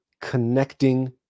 connecting